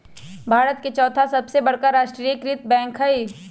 भारत के चौथा सबसे बड़का राष्ट्रीय कृत बैंक हइ